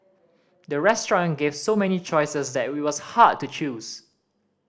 the restaurant gave so many choices that it was hard to choose